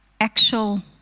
actual